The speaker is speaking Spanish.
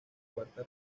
cuarta